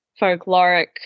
folkloric